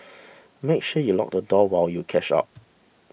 make sure you lock the door while you catch up